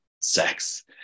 sex